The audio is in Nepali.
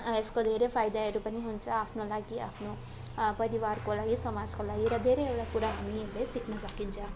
यसको धेरै फाइदाहरू पनि हुन्छ आफ्नो लागि आफ्नो परिवारको लागि समाजको लागि र धेरैवटा कुरा हामीहरूले सिक्न सकिन्छ